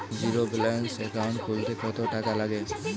Zero balance account খুলতে কত টাকা লাগে?